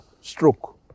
stroke